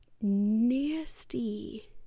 nasty